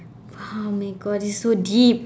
!wow! oh my god this is so deep